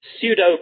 pseudo